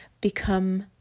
become